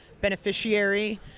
beneficiary